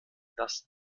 das